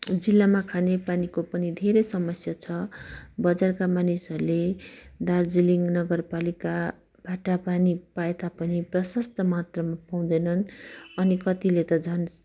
जिल्लामा खाने पानीको पनि धेरै समस्या छ बजारका मानिसहरूले दार्जिलिङ नगरपालिकाबाट पानी पाए तापनि प्रशस्त मात्रामा पाउँदैनन् अनि कतिले त झन्